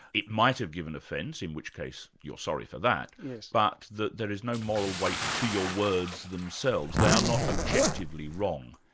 it might have given offence in which case you're sorry for that but that there is no moral weight to your words themselves, they are not objectively wrong.